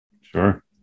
Sure